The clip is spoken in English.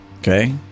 Okay